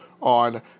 on